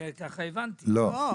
היעד.